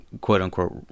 quote-unquote